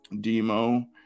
Demo